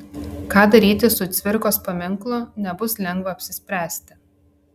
ką daryti su cvirkos paminklu nebus lengva apsispręsti